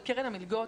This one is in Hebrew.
על קרן המלגות.